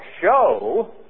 show